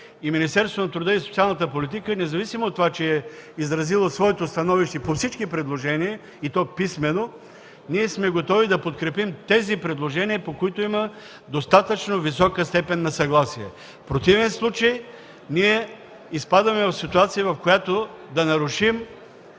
Министерството на труда и социалната политика да е изразило своето становище по всички предложения, и то писмено, ние сме готови да подкрепим тези предложения, по които има достатъчно висока степен на съгласие. В противен случай изпадаме в ситуация, когато ще нарушим